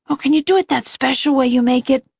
ah can you do it that special way you make it,